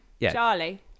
Charlie